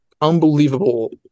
unbelievable